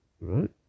right